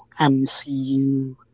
MCU